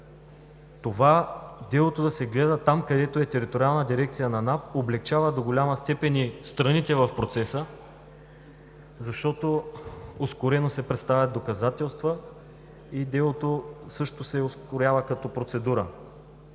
това делото да се гледа там, където е териториалната дирекция на НАП, облекчава до голяма степен и страните в процеса, защото ускорено се представят доказателства и делото също се ускорява като процедура.